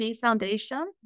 Foundation